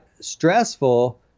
stressful